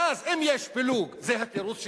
ואז, אם יש פילוג זה התירוץ שלה,